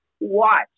watch